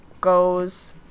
goes